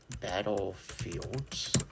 Battlefields